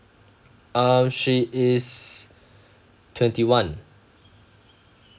uh she is twenty one